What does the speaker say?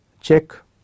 check